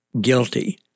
guilty